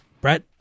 Brett